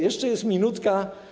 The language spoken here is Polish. Jeszcze jest minutka.